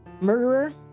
murderer